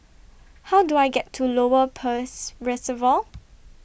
How Do I get to Lower Peirce Reservoir